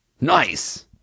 Nice